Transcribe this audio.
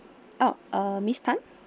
oh uh miss Tan